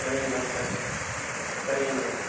சரிங்க டாக்டர் சரிங்க டாக்டர்